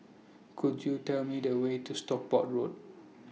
Could YOU Tell Me The Way to Stockport Road